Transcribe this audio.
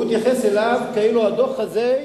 הוא התייחס אליו כאילו הדוח הזה,